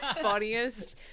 funniest